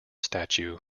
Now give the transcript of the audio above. statue